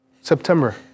September